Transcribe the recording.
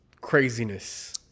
craziness